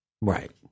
Right